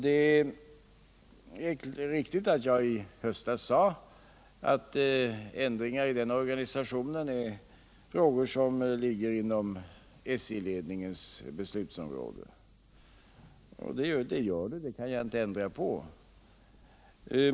Det är riktigt att jag i höstas sade att frågor om ändringar i den organisationen ligger inom SJ-ledningens beslutsområde. Det försämrad service på kommunika tionsområdet gör de — det kan jag inte ändra på.